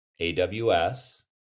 AWS